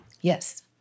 Yes